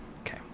Okay